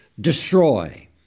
destroy